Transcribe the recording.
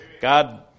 God